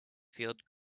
field